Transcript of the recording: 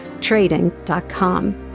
Trading.com